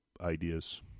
ideas